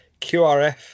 QRF